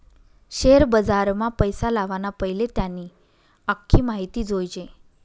share बजारमा पैसा लावाना पैले त्यानी आख्खी माहिती जोयजे